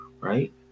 right